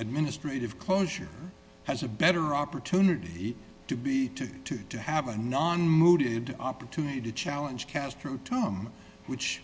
administrative closure has a better opportunity to be to to have a non mooted opportunity to challenge castro tom which